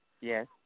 Yes